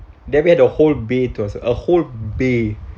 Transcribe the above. then we had the whole bay to us a whole bay